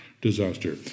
Disaster